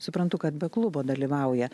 suprantu kad be klubo dalyvauja